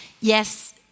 yes